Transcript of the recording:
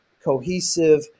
cohesive